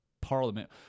parliament